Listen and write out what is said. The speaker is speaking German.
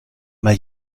mal